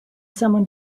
someone